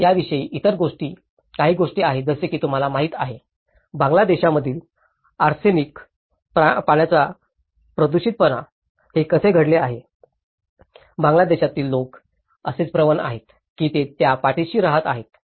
याशिवाय इतरही काही गोष्टी आहेत जसे की तुम्हाला माहिती आहे बांगलादेशातील आर्सेनिक पाण्याचा दूषितपणा हे कसे घडले आहे बांगलादेशात लोक असेच प्रवण आहेत की ते त्या पाठीशी राहत आहेत